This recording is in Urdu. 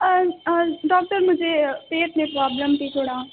ڈاکٹر مجھے پیٹ میں پروبلم تھی تھوڑا